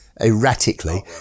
erratically